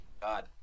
god